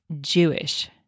Jewish